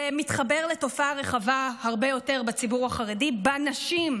זה מתחבר לתופעה רחבה הרבה יותר בציבור החרדי: הנשים,